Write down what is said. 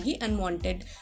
unwanted